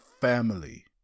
family